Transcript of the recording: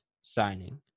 signing